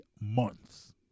months